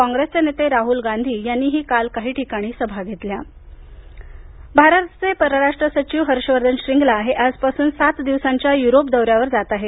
काँग्रेसचे नेते राहुल गांधी यांनीही काल काही ठिकाणी सभा घेतल्या परराष्ट्र सचिव दौरा भारताचे परराष्ट्र सचिव हर्षवर्धन श्रींगला हे आजपासून सात दिवसांच्या युरोप दौऱ्यावर जात आहेत